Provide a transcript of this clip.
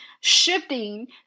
shifting